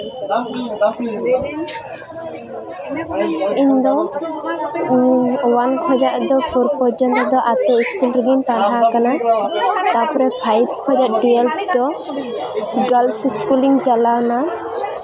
ᱤᱧᱫᱚ ᱚᱣᱟᱱ ᱠᱷᱚᱡᱟᱜ ᱫᱚ ᱯᱷᱳᱨ ᱯᱚᱨᱡᱚᱱᱛᱚ ᱫᱚ ᱟᱹᱛᱩ ᱤᱥᱠᱩᱞ ᱨᱮᱜᱮᱧ ᱯᱟᱲᱦᱟᱣ ᱠᱟᱱᱟ ᱛᱟᱨᱯᱚᱨᱮ ᱯᱷᱟᱭᱤᱵᱷ ᱠᱷᱚᱱᱟᱜ ᱴᱩᱭᱮᱞᱵᱷ ᱫᱚ ᱜᱟᱨᱞᱥ ᱤᱥᱠᱩᱞᱤᱧ ᱪᱟᱞᱟᱣᱱᱟ